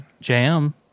Jam